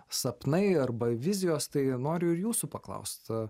sapnai arba vizijos tai noriu ir jūsų paklaust